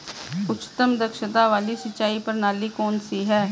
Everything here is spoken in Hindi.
उच्चतम दक्षता वाली सिंचाई प्रणाली कौन सी है?